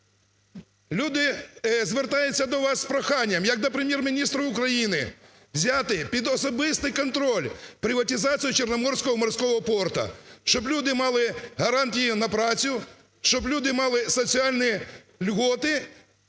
Люди звертаються до вас з проханням як до Прем'єр-міністра України взяти під особистий контроль приватизацію Чорноморського морського порту, щоб люди мали гарантії на працю, щоб люди мали соціальні льготи